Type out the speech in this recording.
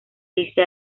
dice